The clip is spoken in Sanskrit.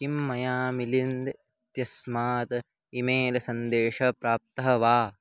किं मया मिलिन्द् इत्यस्मात् इ मेल् सन्देशं प्राप्तः वा